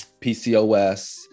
PCOS